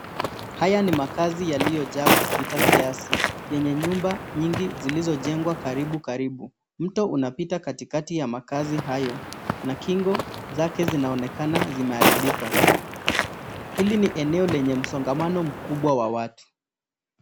haya ni makaazi yaliyojaa kupita kiasi yenye nyumba nyingi zilizojengwa karibu karibu, mto unapita katikati ya makaazi hayo na kingo zake zinaonekana zimeharibika. Hili ni eneo lenye msongamano mkubwa wa watu.